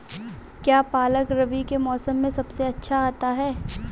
क्या पालक रबी के मौसम में सबसे अच्छा आता है?